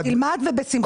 אתה תלמד ובשמחה.